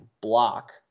block